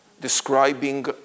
describing